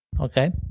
Okay